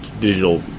digital